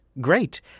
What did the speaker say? great